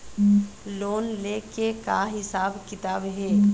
Loan ले के का हिसाब किताब हे?